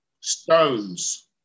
Stones